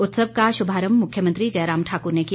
उत्सव का शुभारंभ मुख्यमंत्री जयराम ठाकुर ने किया